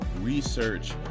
research